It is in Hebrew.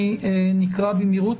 נקרא במהירות